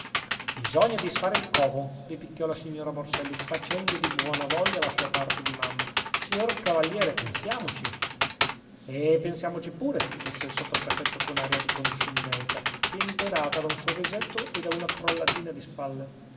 bisogna disfare il covo ripicchiò la signora morselli facendo di buona voglia la sua parte di mamma signor cavaliere pensiamoci eh pensiamoci pure disse il sottoprefetto con aria di condiscendenza temperata da un sorrisetto e da una crollatina di spalle